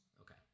Okay